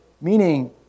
Meaning